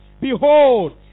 Behold